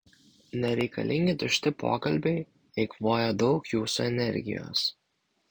nereikalingi tušti pokalbiai eikvoja daug jūsų energijos